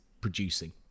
producing